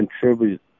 contribute